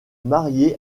mariée